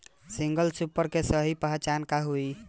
Single super के सही पहचान का हई?